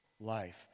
life